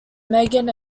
meghan